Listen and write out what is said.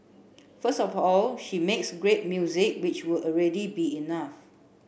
first of all she makes great music which would already be enough